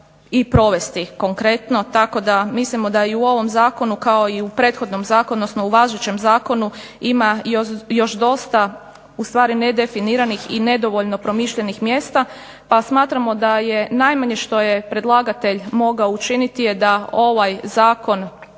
i provesti konkretno? Tako da mislimo da i u ovom zakonu kao i u prethodnom zakonu odnosno važećem zakonu ima još dosta ustvari nedefinirani i nedovoljno promišljenih mjesta, pa smatramo da je najmanje što je predlagatelj mogao učiniti je da ovaj zakon